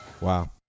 Wow